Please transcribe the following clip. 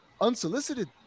unsolicited